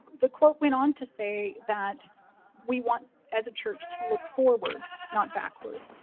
the quote went on to say that we want as a church to look forward, not backward.